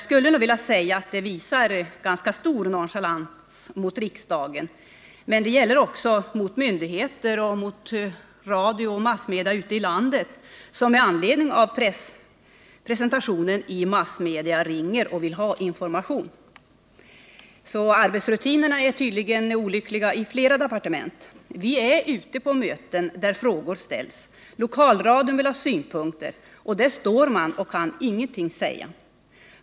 Det visar en ganska stor nonchalans mot riksdagen men även mot myndigheter, radio och massmedia ute i landet, som med anledning av presentationen i massmedia ringer och vill ha information. Arbetsrutinerna är tydligen olyckliga i flera departement. Vi är ute på möten där frågor ställs, lokalradion vill ha synpunkter, och där står man och kan ingenting säga.